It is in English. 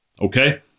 Okay